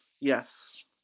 Yes